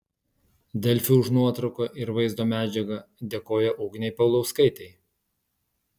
delfi už nuotrauką ir vaizdo medžiagą dėkoja ugnei paulauskaitei